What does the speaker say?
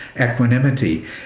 equanimity